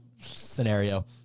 scenario